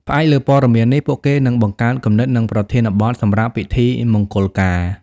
ផ្អែកលើព័ត៌មាននេះ ពួកគេនឹង បង្កើតគំនិត និងប្រធានបទ សម្រាប់ពិធីមង្គលការ។